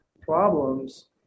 problems